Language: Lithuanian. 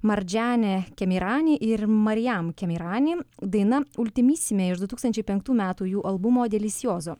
mardžiane kemirani ir marian kemiranim daina ultimisime iš du tūkstančiai penktų metų jų albumo delis juozo